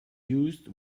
used